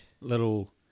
Little